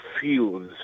fields